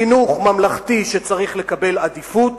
החינוך הממלכתי צריך לקבל עדיפות,